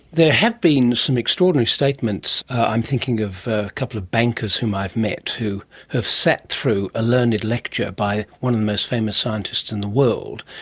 have been some extraordinary statements, i'm thinking of a couple of bankers whom i've met who have sat through a learned lecture by one of the most famous scientists in the world,